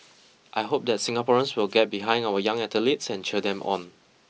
I hope that Singaporeans will get behind our young athletes and cheer them on